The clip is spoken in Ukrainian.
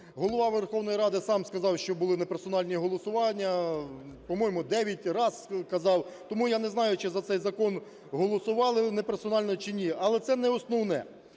Голова Верховної Ради сам сказав, що були неперсональні голосування, по-моєму, 9 раз, казав. Тому я не знаю, чи за цей закон голосували неперсонально, чи ні. Але це не основне.